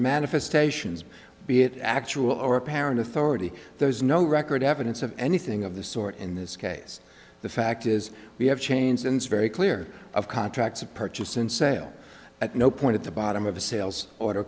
manifestations be it actual or apparent authority there is no record evidence of anything of the sort in this case the fact is we have chains and it's very clear of contracts of purchase and sale at no point at the bottom of a sales order